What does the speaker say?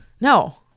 no